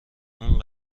اون